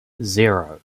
zero